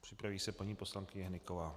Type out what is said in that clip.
Připraví se paní poslankyně Hnyková.